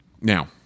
Now